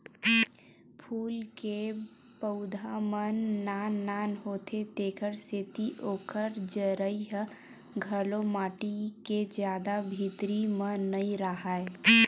फूल के पउधा मन नान नान होथे तेखर सेती ओखर जरई ह घलो माटी के जादा भीतरी म नइ राहय